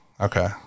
okay